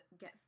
get